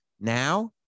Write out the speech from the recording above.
Now